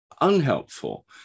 unhelpful